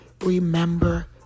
remember